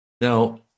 Now